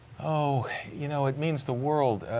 so you know it means the world.